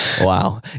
wow